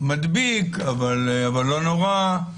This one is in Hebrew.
מדביק אבל לא נורא,